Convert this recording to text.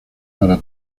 para